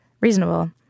reasonable